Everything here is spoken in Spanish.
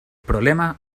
problema